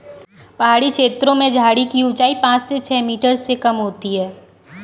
पहाड़ी छेत्रों में झाड़ी की ऊंचाई पांच से छ मीटर से कम होती है